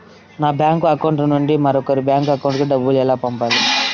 నా bank account నుండి మరొకరి అకౌంట్ కు డబ్బులు ఎలా పంపాలి